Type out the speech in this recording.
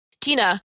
Tina